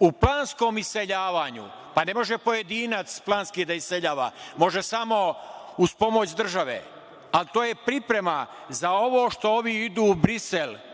u planskom iseljavanju. Pa, ne može pojedinac planski da iseljava, može samo uz pomoć države, a to je priprema za to što ovi idu u Brisel.